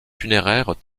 funéraires